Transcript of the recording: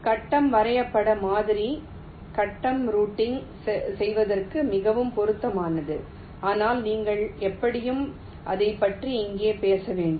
கட்டம் வரைபட மாதிரி கட்டம் ரூட்டிங் செய்வதற்கு மிகவும் பொருத்தமானது ஆனால் நீங்கள் எப்படியும் அதைப் பற்றி இங்கே பேச வேண்டும்